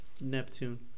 Neptune